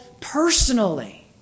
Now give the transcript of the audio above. personally